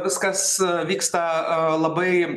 viskas vyksta aaa labai